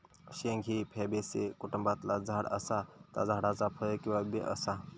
शेंग ही फॅबेसी कुटुंबातला झाड असा ता झाडाचा फळ किंवा बी असा